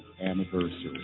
anniversary